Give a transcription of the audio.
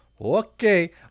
Okay